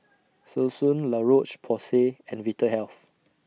Selsun La Roche Porsay and Vitahealth